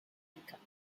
income